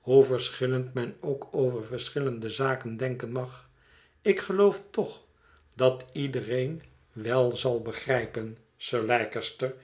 hoe verschillend men ook over verschillende zaken denken mag ik geloof toch dat iedereen wel zal begrijpen sir leicester